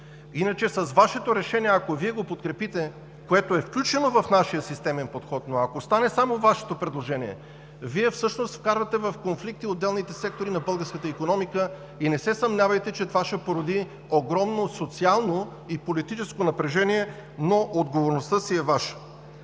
Иначе с Вашето решение, ако Вие го подкрепите, което е включено в нашия системен подход, но ако остане само Вашето предложение, Вие всъщност вкарвате в конфликти отделните сектори на българската икономика и не се съмнявайте, че това ще породи огромно социално и политическо напрежение, но отговорността си е Ваша.